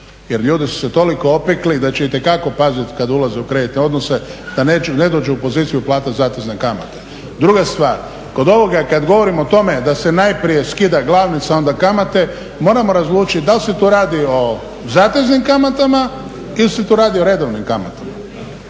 jer ljudi su se toliko opekli da će itekako paziti kad ulaze u kreditne odnose da ne dođu u poziciju plaćat zatezne kamate. Druga stvar. Kod ovoga kad govorim o tome da se najprije skida glavnica onda kamate moramo razlučiti da li se tu radi o zateznim kamatama ili se tu radi o redovnim kamatama.